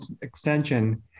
extension